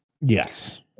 Yes